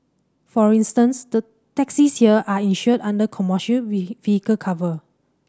for instance the taxis here are insured under commercial vehicle cover